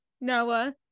noah